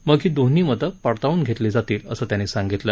मग ही दोन्ही मतं पडताळून घेतली जातील असं त्यांनी सांगितलं